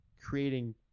creating